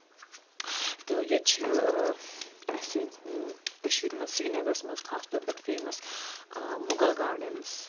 تہٕ ییٚتہِ چھِ اَسہِ کٔشیٖر منٛز سرینَگرَس منٛز خاص طور پٲٹھۍ فیمَس مُغل گاڈَنٕز